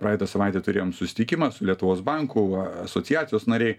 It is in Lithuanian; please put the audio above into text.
praeitą savaitę turėjom susitikimą su lietuvos banku asociacijos nariai